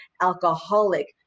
alcoholic